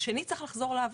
השני צריך לחזור לעבוד,